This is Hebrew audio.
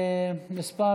מס'